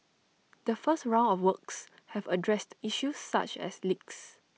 the first round of works have addressed issues such as leaks